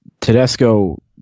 tedesco